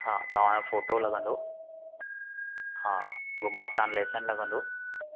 हा तव्हांजो फोटो लॻंदो हा लेसन्स लॻंदो